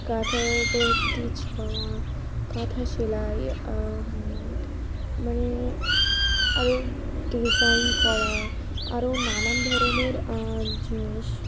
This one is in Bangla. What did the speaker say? কাঁথার ও উপরে স্টিচ করা কাঁথা সেলাই মানে আরও ডিজাইন করা আরও নানান ধরনের জিনিস